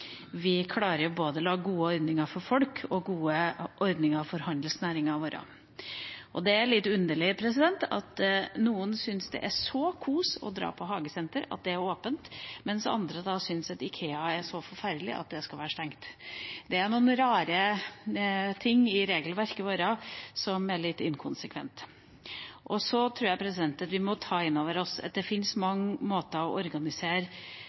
vi klarer å lage både gode ordninger for folk og gode ordninger for handelsnæringen. Det er litt underlig, at noen syns det er så kos å dra på hagesenteret, at det er åpent, mens andre syns IKEA er så forferdelig at det skal være stengt. Det er noen rare ting i regelverket vårt som er litt inkonsekvent. Vi må ta inn over oss at det fins mange måter å organisere